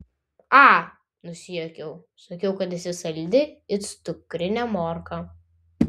a nusijuokiau sakiau kad esi saldi it cukrinė morka